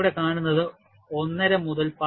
നിങ്ങൾ ഇവിടെ കാണുന്നത് 1